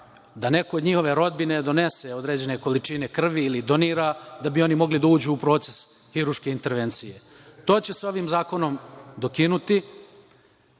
da neko od njihove rodbine donese određene količine krvi ili donira da bi oni mogli da uđu u proces hiruške intervencije. To će se ovim zakonom dokinuti.